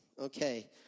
Okay